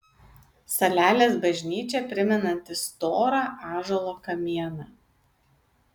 salelės bažnyčia primenanti storą ąžuolo kamieną